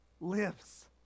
lives